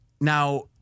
Now